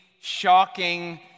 shocking